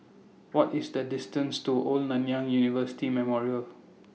What IS The distance to Old Nanyang University Memorial